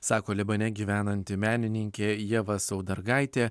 sako libane gyvenanti menininkė ieva saudargaitė